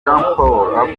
paul